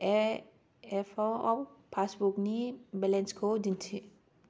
ए एफ अ आव पासबुकनि बेलेन्सखौ दिन्थि